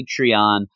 Patreon